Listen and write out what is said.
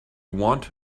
want